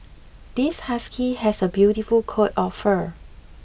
this husky has a beautiful coat of fur